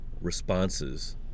responses